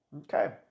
Okay